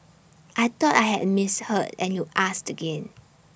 I thought I had misheard and you asked again